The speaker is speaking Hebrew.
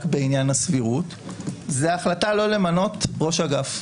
בעניין הסבירות היא החלטה לא למנות ראש אגף.